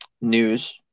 news